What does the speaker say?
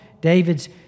David's